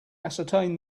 ascertain